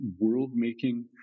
world-making